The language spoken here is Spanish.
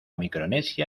micronesia